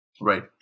Right